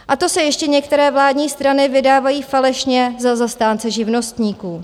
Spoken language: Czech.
A to se ještě některé vládní strany vydávají falešně za zastánce živnostníků.